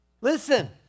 Listen